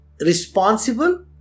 responsible